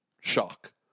shock